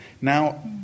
Now